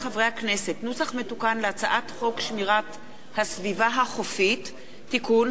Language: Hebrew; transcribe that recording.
נוסח מתוקן להצעת חוק שמירת הסביבה החופית (תיקון,